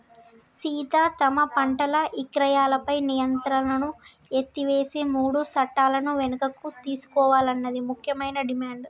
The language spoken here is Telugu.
సీత తమ పంటల ఇక్రయాలపై నియంత్రణను ఎత్తివేసే మూడు సట్టాలను వెనుకకు తీసుకోవాలన్నది ముఖ్యమైన డిమాండ్